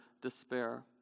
despair